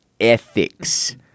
ethics